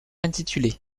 intitulée